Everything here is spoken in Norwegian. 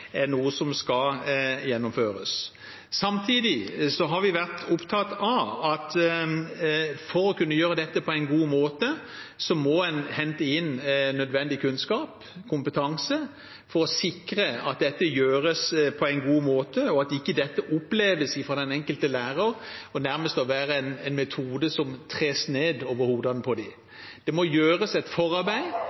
er noe som skal gjennomføres. Samtidig har vi vært opptatt av at en må hente inn nødvendig kunnskap og kompetanse for å sikre at dette gjøres på en god måte, og at ikke dette oppleves av den enkelte lærer å være en metode som nærmest tres ned over hodet på dem. Det må gjøres et forarbeid,